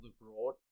abroad